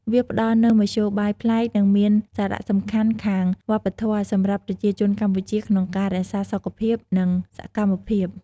វាផ្តល់នូវមធ្យោបាយ ប្លែក និងមាន សារៈសំខាន់ខាងវប្បធម៌ សម្រាប់ប្រជាជនកម្ពុជាក្នុងការរក្សាសុខភាព និងសកម្មភាព។